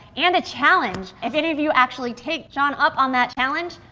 and a challenge. if any of you actually take sean up on that challenge,